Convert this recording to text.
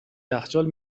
یخچال